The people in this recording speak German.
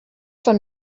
von